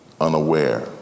unaware